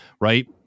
right